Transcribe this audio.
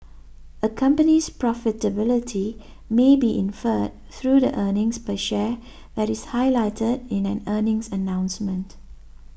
a company's profitability may be inferred through the earnings per share that is highlighted in an earnings announcement